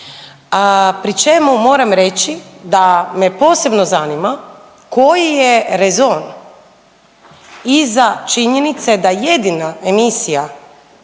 pri čemu moram reći da me posebno zanima koji je rezon iza činjenice da jedina emisija